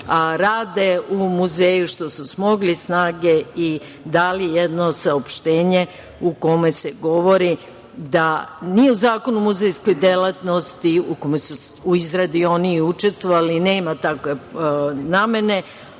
a rade u muzeju, što su smogli snage i dali jedno saopštenje u kome se govori da ni u Zakonu o muzejskoj delatnosti, u čijoj su izradi i oni učestvovali, nema takve namene,